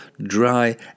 dry